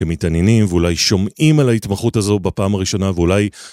שמתעניינים ואולי שומעים על ההתמחות הזו בפעם הראשונה ואולי...